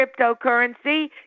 cryptocurrency